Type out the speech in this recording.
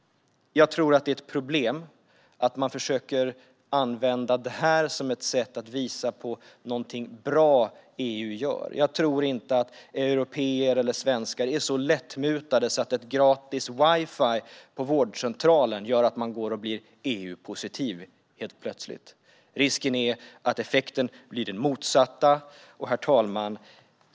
Jag tror att det är ett problem att man försöker använda det här som ett sätt att visa på någonting bra EU gör. Jag tror inte att européer eller svenskar är så lättlurade att gratis wifi på vårdcentralen gör att man helt plötsligt går och blir EU-positiv. Risken är att effekten blir den motsatta. Herr talman!